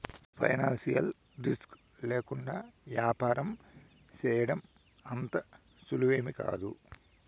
financial risk లేకుండా యాపారం సేయడం అంత సులువేమీకాదు